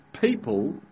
people